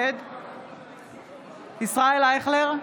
נגד ישראל אייכלר,